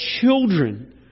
children